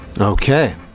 Okay